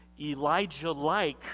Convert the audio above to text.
Elijah-like